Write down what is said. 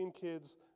kids